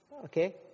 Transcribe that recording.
Okay